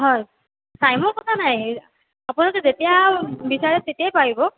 হয় টাইমৰ কথা নাই আপোনালোকে যেতিয়াই বিচাৰে তেতিয়াই পাৰিব